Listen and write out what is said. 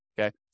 okay